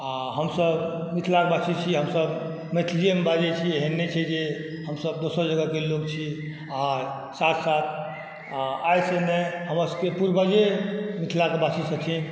आ हमसभ मिथिलाके वासी छी हमसभ मैथलिएमे बाजै छी एहेन नहि छै जे हमसभ दोसर जगहके लोक छी आ साथ साथ आ आइ से नहि हमर सबके पूर्वजे मिथिलाके वासी छथिन